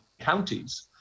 counties